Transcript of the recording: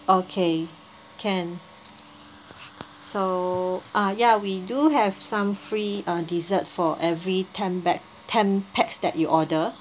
okay can so ah yeah we do have some free uh dessert for every ten bag ten pax that you order